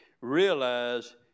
Realize